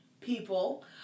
people